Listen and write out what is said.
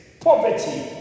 poverty